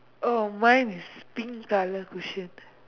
oh mine is pink colour cushion